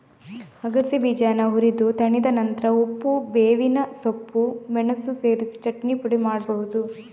ಅಗಸೆ ಬೀಜಾನ ಹುರಿದು ತಣಿದ ನಂತ್ರ ಉಪ್ಪು, ಬೇವಿನ ಸೊಪ್ಪು, ಮೆಣಸು ಸೇರಿಸಿ ಚಟ್ನಿ ಪುಡಿ ಮಾಡ್ಬಹುದು